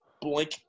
Blink